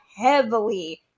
heavily